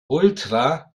ultra